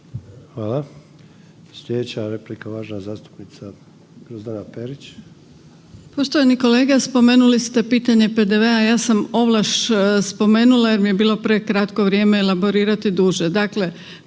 Hvala. Slijedeća replika uvažena zastupnica Grozdana Perić.